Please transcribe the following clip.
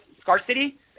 scarcity